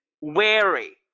wary